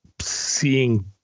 seeing